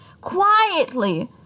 quietly